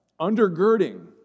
undergirding